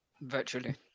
virtually